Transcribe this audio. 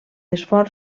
esforç